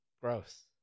Gross